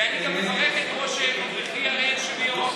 ואני גם מברך את ראש העיר הנוכחי אלי שבירו.